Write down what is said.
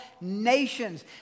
nations